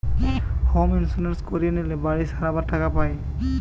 home insurance করিয়ে লিলে বাড়ি সারাবার টাকা পায়